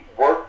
work